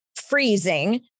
freezing